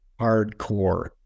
hardcore